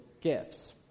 gifts